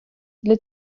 для